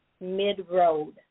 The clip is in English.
mid-road